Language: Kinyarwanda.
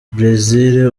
brazil